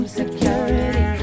security